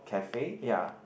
cafe ya